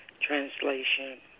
Translation